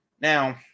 Now